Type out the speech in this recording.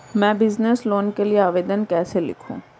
मैं business loan के लिए आवेदन कैसे लिखूँ?